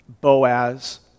Boaz